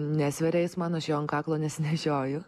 nesveria jis man aš jo ant kaklo nesinešioju